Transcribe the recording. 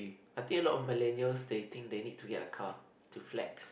I think a lot of millennials they think they need to get a car to flex